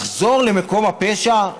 לחזור למקום הפשע?